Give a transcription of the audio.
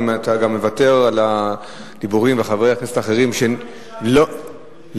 אם אתה גם מוותר על הדיבורים וחברי הכנסת האחרים לא נמצאים,